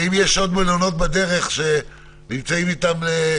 האם יש מלונות בדרך שנמצאים איתם בקשר?